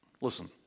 listen